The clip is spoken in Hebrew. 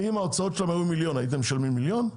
אם ההוצאות שלהם היו מיליון הייתם משלמים מיליון?